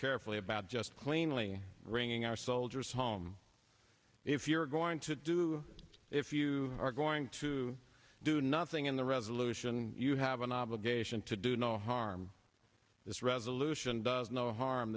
carefully about just plainly wringing our soldiers home if you're going to do if you are going to do nothing in the resolution you have an obligation to do no harm this resolution does no harm